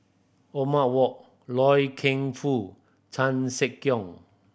Wok Loy Keng Foo Chan Sek Keong